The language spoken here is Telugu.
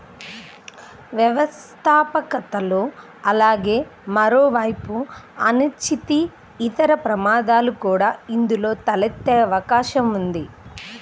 వ్యవస్థాపకతలో అలాగే మరోవైపు అనిశ్చితి, ఇతర ప్రమాదాలు కూడా ఇందులో తలెత్తే అవకాశం ఉంది